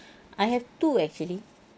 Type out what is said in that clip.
I have to actually